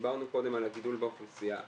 דיברנו קודם על הגידול באוכלוסייה.